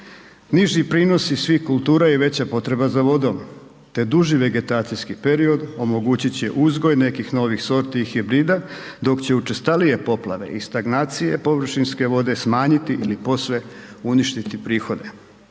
Niži prinosi svih kultura i veća potreba za vodom, te duži vegetacijski period omogućit će uzgoj nekih novih sorti i hibrida, dok će učestalije poplave i stagnacije površinske vode smanjiti ili posve uništiti prihode.